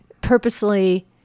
purposely